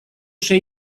sei